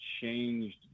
changed